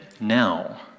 now